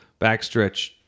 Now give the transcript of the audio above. backstretch